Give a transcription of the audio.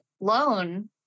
loan